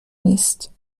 نیست